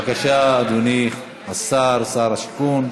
בבקשה, אדוני השר, שר השיכון.